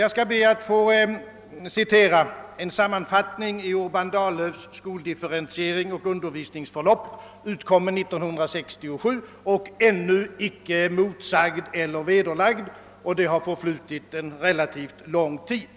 Jag skall be att få citera en sammanfattning om dessa frågor, som görs i Urban Dahllöfs skrift Skoldifferentiering och undervisningsförlopp, utkommen år 1967. Vad som där anförs har ännu icke blivit motsagt eller vederlagt, trots att det sedan utgivandet förflutit en relativt lång tid.